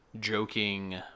joking